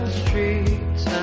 streets